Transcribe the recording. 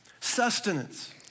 Sustenance